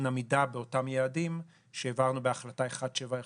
עמידה באותם יעדים שהעברנו בהחלטה 171,